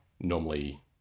normally